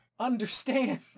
understand